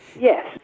Yes